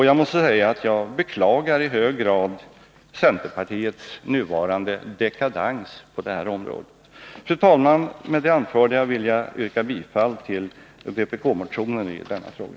Jag måste säga att jag i hög grad beklagar partiets nuvarande dekadans på detta område. Fru talman! Med det anförda yrkar jag bifall till vpk:s motion i denna fråga.